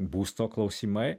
būsto klausimai